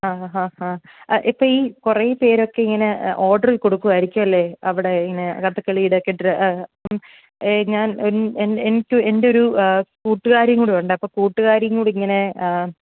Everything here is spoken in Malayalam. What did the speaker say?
ആ ഹാ ഹാ ഇപ്പം ഈ കുറേ പേരൊക്കെ ഇങ്ങനെ ഓർഡർ കൊടുക്കുമായിരിക്കും അല്ലേ അവിടെ ഇങ്ങനെ കഥകളിയുടെ ഒക്കെ ഡ്ര അപ്പം ഞാൻ എനിക്ക് എൻറെ ഒരു കൂട്ടുകാരിയും കൂടെ ഉണ്ട് അപ്പം കൂട്ടുകാരി കൂടെ ഇങ്ങനെ